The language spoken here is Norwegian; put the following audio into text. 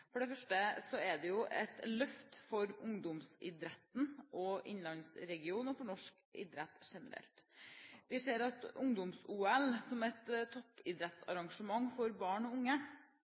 For det første er det et løft for ungdomsidretten, for innlandsregionen og for norsk idrett generelt. Vi ser at ungdoms-OL som et toppidrettsarrangement for barn og unge